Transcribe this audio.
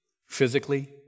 physically